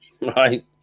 right